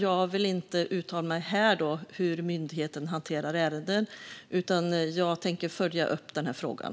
Jag vill inte uttala mig här om hur myndigheten hanterar ärenden, utan jag tänker följa upp frågan.